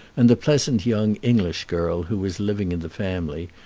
and the pleasant young english girl who was living in the family,